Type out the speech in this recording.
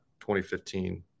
2015